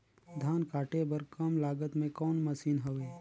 धान काटे बर कम लागत मे कौन मशीन हवय?